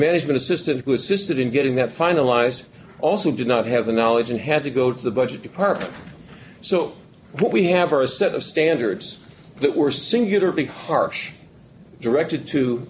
management assistant who assisted in getting that finalized also did not have the knowledge and had to go to the budget department so what we have are a set of standards that were singular be harsh directed to